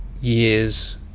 years